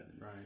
Right